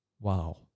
Wow